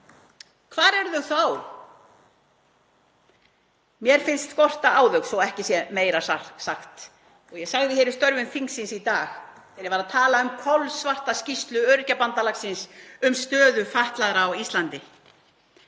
Hvar eru þau þá? Mér finnst skorta á þau, svo ekki sé meira sagt. Ég sagði í störfum þingsins í dag þegar ég var að tala um kolsvarta skýrslu Öryrkjabandalagsins um stöðu fatlaðra á Íslandi